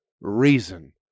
reason